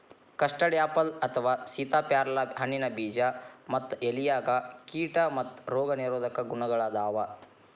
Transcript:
custard apple ಅಥವಾ ಸೇತಾಪ್ಯಾರಲ ಹಣ್ಣಿನ ಬೇಜ ಮತ್ತ ಎಲೆಯಾಗ ಕೇಟಾ ಮತ್ತ ರೋಗ ನಿರೋಧಕ ಗುಣಗಳಾದಾವು